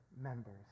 members